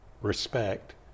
respect